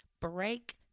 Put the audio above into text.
break